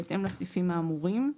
בהתאם לסעיפים האמורים,